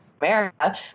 America